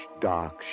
dark